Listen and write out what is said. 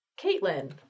Caitlin